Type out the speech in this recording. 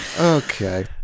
Okay